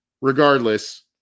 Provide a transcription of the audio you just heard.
Regardless